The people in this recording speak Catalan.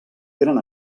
tenen